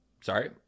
sorry